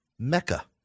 Mecca